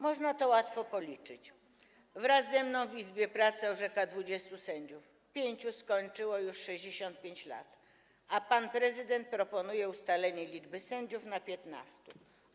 Można to łatwo policzyć: wraz ze mną w izbie pracy orzeka 20 sędziów, pięciu skończyło już 65 lat, a pan prezydent proponuje ustalenie liczby sędziów na 15.